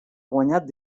guanyat